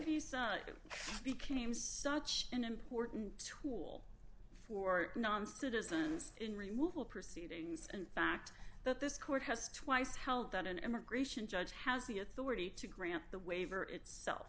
see became such an important tool for non citizens in removal proceedings and fact that this court has twice held that an immigration judge has the authority to grant the waiver itself